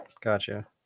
Gotcha